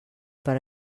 per